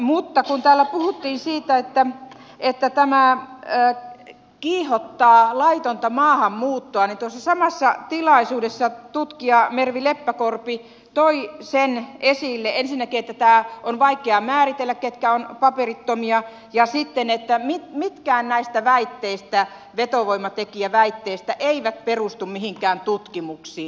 nyt täällä puhuttiin siitä että tämä kiihottaa laitonta maahanmuuttoa mutta tuossa samassa tilaisuudessa tutkija mervi leppäkorpi toi esille ensinnäkin sen että on vaikea määritellä ketkä ovat paperittomia ja sitten sen että mitkään näistä vetovoimatekijäväitteistä eivät perustu mihinkään tutkimuksiin